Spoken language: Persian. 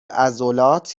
عضلات